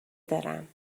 دارم